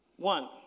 One